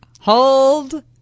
Hold